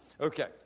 okay